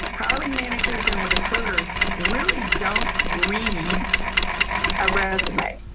hiring managers and recruiters really don't read a resume,